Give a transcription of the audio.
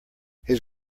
his